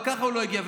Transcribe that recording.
אבל ככה הוא לא הגיע.